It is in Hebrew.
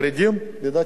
לדעתי זו אפליה.